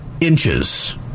inches